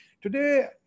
Today